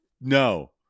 no